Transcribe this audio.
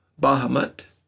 Bahamut